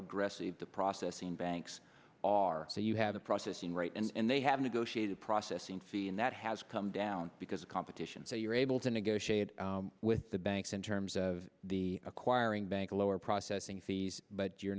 aggressive the processing banks are so you have the processing right and they have negotiated processing fee and that has come down because of competition so you're able to negotiate with the banks in terms of the acquiring bank lower processing fees but you're